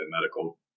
medical